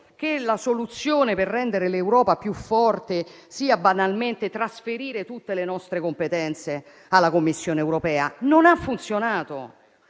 che la soluzione per rendere l'Europa più forte sia banalmente quella di trasferire tutte le nostre competenze alla Commissione europea. Questo non ha funzionato,